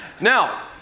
now